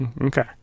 okay